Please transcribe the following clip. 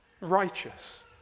Righteous